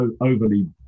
overly